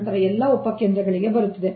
ನಂತರ ಎಲ್ಲಾ ಉಪ ಕೇಂದ್ರಗಳಿಗೆ ಬರುತ್ತಿದೆ